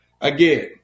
Again